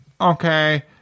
okay